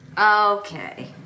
Okay